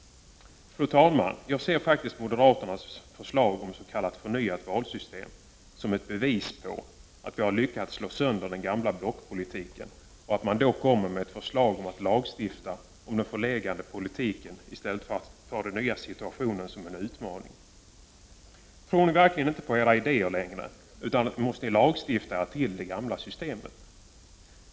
Fru talman! Jag ser faktiskt moderaternas förslag om s.k. förnyat valsystem som ett bevis för att vi har lyckats slå sönder den gamla blockpolitiken. Man kommer då med ett förslag om att lagstifta om den förlegade politiken istället för att ta den nya situationen som en utmaning. Tror ni verkligen inte på era idéer längre? Måste ni lagstifta er fram till det gamla systemet?